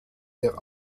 der